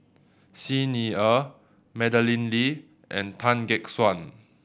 Xi Ni Er Madeleine Lee and Tan Gek Suan